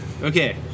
Okay